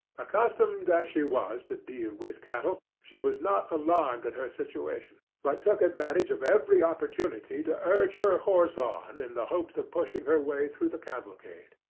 accustomed as she was to deal with cattle, she was not alarmed at her situation, but took advantage of every opportunity to urge her horse on in the hopes of pushing her way through the cavalcade.